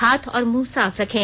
हाथ और मुंह साफ रखें